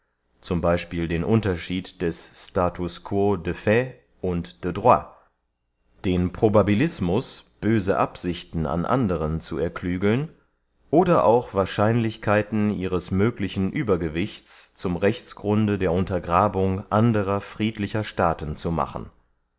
z b den unterschied des status quo de fait und de droit den probabilismus böse absichten an anderen zu erklügeln oder auch wahrscheinlichkeiten ihres möglichen uebergewichts zum rechtsgrunde der untergrabung anderer friedlicher staaten zu machen